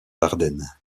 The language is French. ardennes